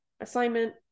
Assignment